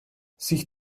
sich